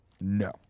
No